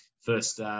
First